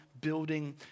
building